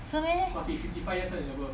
是 meh